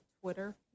Twitter